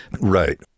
Right